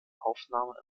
aufnahme